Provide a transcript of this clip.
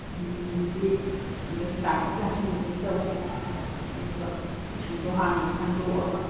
ꯎꯝ ꯍꯧꯖꯤꯛꯇꯤ ꯑꯗꯨꯝ ꯇꯥꯊꯣꯛ ꯇꯥꯁꯤꯟ ꯑꯗꯨꯝ ꯇꯧꯁꯤ ꯑꯗꯨꯒ ꯄꯣꯠꯁꯤꯡꯗꯣ ꯍꯥꯟꯅ ꯈꯟꯗꯣꯛꯑꯒ